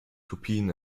kopien